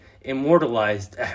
immortalized